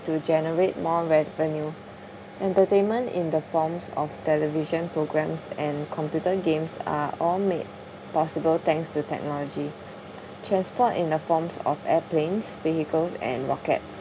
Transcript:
to generate more revenue entertainment in the forms of television programmes and computer games are all made possible thanks to technology transport in the forms of airplanes vehicles and rockets